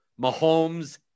Mahomes